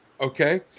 okay